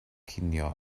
cinio